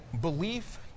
belief